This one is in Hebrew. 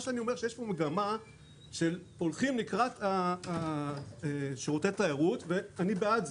יש פה מגמה שהולכים לקראת שירותי התיירות ואני בעד זה,